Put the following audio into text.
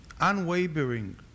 unwavering